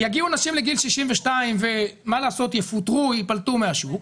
יגיעו נשים לגיל 62 ומה לעשות יפוטרו או ייפלטו מהשוק,